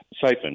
siphon